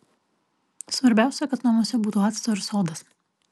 svarbiausia kad namuose būtų acto ir sodos